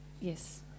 Yes